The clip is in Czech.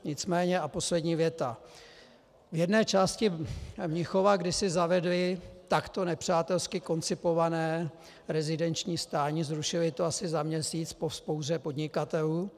Nicméně a poslední věta: V jedné části Mnichova kdysi zavedli takto nepřátelsky koncipované rezidenční stání, zrušili to asi za měsíc po vzpouře podnikatelů.